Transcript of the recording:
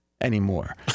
anymore